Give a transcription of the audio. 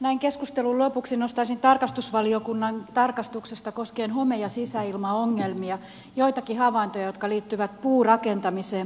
näin keskustelun lopuksi nostaisin tarkastusvaliokunnan tarkastuksesta koskien home ja sisäilmaongelmia joitakin havaintoja jotka liittyvät puurakentamiseen puunkäytön mahdollisuuksiin